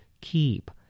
keep